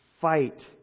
fight